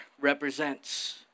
represents